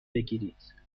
بگیرید